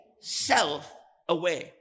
self-aware